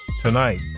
tonight